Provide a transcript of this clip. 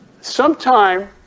Sometime